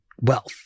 wealth